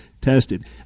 tested